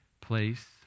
place